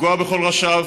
לפגוע בכל ראשיו,